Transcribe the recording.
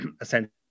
essentially